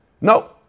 No